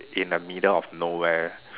in a middle of nowhere